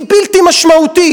היא בלתי משמעותית,